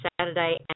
Saturday